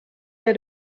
der